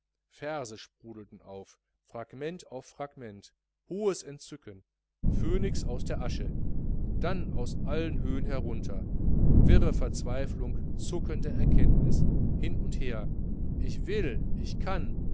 verse sprudelten auf fragment auf fragment hohes entzücken phönix aus der asche dann aus allen höhen herunter wirre verzweiflung zuckende erkenntnis hin und her ich will ich kann